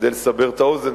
כדי לסבר את האוזן,